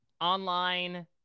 online